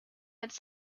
its